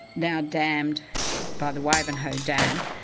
now dammed by the wyvenhoe dam,